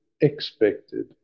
expected